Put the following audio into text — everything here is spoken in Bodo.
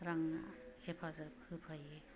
रांआ हेफाजाब होफायो